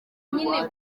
nyine